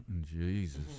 Jesus